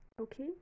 okay